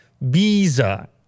Visa